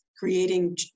Creating